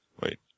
wait